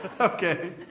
Okay